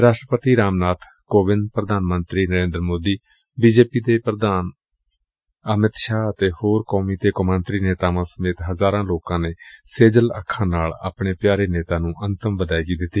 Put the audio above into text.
ਰਾਸ਼ਟਰਪਤੀ ਰਾਮਨਾਬ ਕੋਵਿੰਦ ਪੁਧਾਨ ਮੰਤਰੀ ਨਰੇਂਦਰ ਮੋਦੀ ਅਤੇ ਹੋਰ ਕੌਮੀ ਤੇ ਕੌਮਾਂਤਰੀ ਨੇਤਾਵਾਂ ਸਮੇਤ ਹਜ਼ਾਰਾਂ ਲੋਕਾਂ ਨੇ ਸੇਜਲ ਅੱਖਾਂ ਨਾਲ ਆਪਣੇ ਪਿਆਰੇ ਨੇਤਾ ਨੂੰ ਅੰਤਮ ਵਿਦਾਇਗੀ ਦਿੱਤੀ